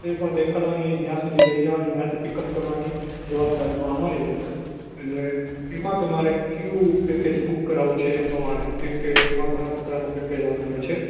તે પણ દેખાડવાની ત્યાં સુધી લઈ જવાની ત્યાંથી પીકઅપ કરવાની જવાબદારી અમારી રેશે એટલે એમાં તમારે કેવું પેકેજ બૂક કરાવું છે એ પ્રમાણે કેમ કે એમાં ઘણા પ્રકારના પેકેજ આવતા હોય છે